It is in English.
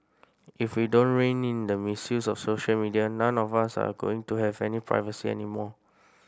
if we don't rein in the misuse of social media none of us are going to have any privacy anymore